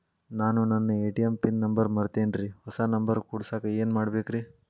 ನಾನು ನನ್ನ ATM pin number ಮರ್ತೇನ್ರಿ, ಹೊಸಾ ನಂಬರ್ ಕುಡಸಾಕ್ ಏನ್ ಮಾಡ್ಬೇಕ್ರಿ?